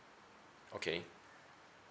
okay